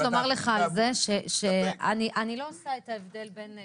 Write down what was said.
אני חייבת לומר לך על זה שאני לא עושה את ההבדל בין,